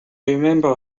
remember